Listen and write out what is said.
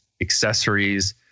accessories